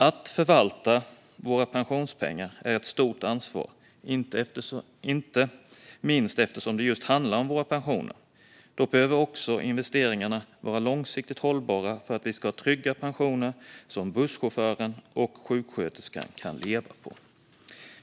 Att förvalta våra pensionspengar är ett stort ansvar, inte minst eftersom det just handlar om våra pensioner. Då behöver också investeringarna vara långsiktigt hållbara för att vi ska ha trygga pensioner som busschauffören och sjuksköterskan kan leva på.